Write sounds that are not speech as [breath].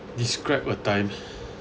describe a time [breath]